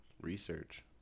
Research